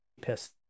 pissed